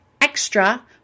Extra